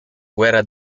guerra